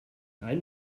ein